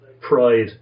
Pride